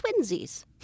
twinsies